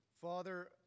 Father